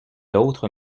l’autre